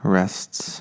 rests